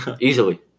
easily